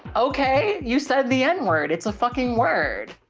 okay, you said the n word. it's a fucking word.